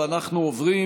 אנחנו עוברים